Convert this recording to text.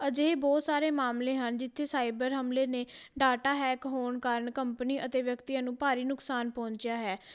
ਅਜਿਹੇ ਬਹੁਤ ਸਾਰੇ ਮਾਮਲੇ ਹਨ ਜਿੱਥੇ ਸਾਈਬਰ ਹਮਲੇ ਨੇ ਡਾਟਾ ਹੈਕ ਹੋਣ ਕਾਰਨ ਕੰਪਨੀ ਅਤੇ ਵਿਅਕਤੀਆਂ ਨੂੰ ਭਾਰੀ ਨੁਕਸਾਨ ਪਹੁੰਚਿਆ ਹੈ